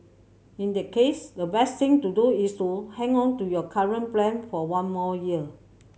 in the case the best thing to do is to hang on to your current plan for one more year